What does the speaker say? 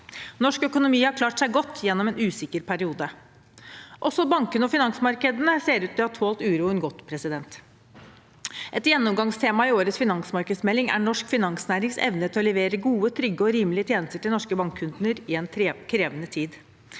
Norsk økonomi har klart seg godt gjennom en usikker periode. Også bankene og finansmarkedene ser ut til å ha tålt uroen godt. Et gjennomgangstema i årets finansmarkedsmelding er norsk finansnærings evne til å levere gode, trygge og rimelige tjenester til norske bankkunder i en krevende tid.